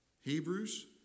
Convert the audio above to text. Hebrews